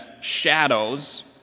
shadows